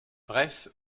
bref